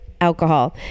alcohol